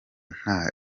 nta